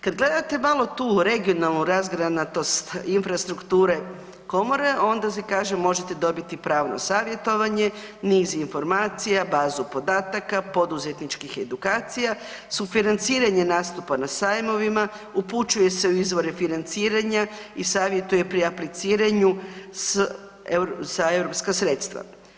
Kad gledate malo tu regionalnu razgranatost infrastrukture Komore, onda se kaže, možete dobiti pravno savjetovanje, niz informacija, bazu podataka, poduzetničkih edukacija, sufinanciranje nastupa na sajmovima, upućuje se u izvore financiranja i savjetuje pri apliciraju sa europska sredstva.